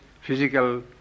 physical